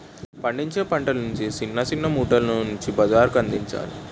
పండించిన పంటలను సిన్న సిన్న మూటల్లో ఉంచి బజారుకందించాలి